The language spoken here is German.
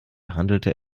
handelte